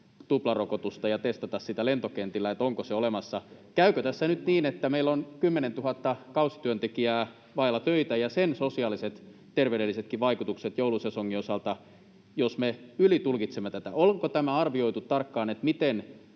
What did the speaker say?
tuplarokotusta ja testata lentokentillä sitä, onko se olemassa. Käykö tässä nyt niin, että meillä on 10 000 kausityöntekijää vailla töitä ja sen sosiaaliset, terveydellisetkin, vaikutukset joulusesongin osalta, jos me ylitulkitsemme tätä... Onko arvioitu tarkkaan, miten